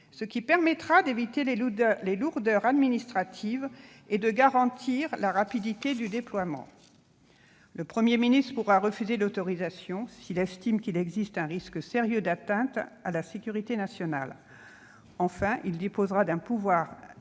ce qui permettra d'éviter les lourdeurs administratives et de garantir la rapidité du déploiement. Le Premier ministre pourra refuser l'autorisation s'il estime qu'il existe un risque sérieux d'atteinte à la sécurité nationale. Enfin, il disposera d'un pouvoir d'injonction